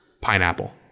Pineapple